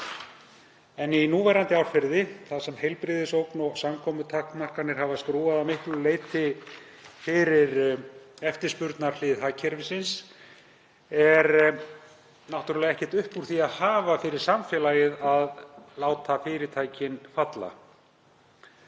af. Í núverandi árferði, þar sem heilbrigðisógn og samkomutakmarkanir hafa skrúfað að miklu leyti fyrir eftirspurnarhlið hagkerfisins, er náttúrlega ekkert upp úr því að hafa fyrir samfélagið að láta fyrirtækin falla.